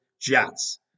Jets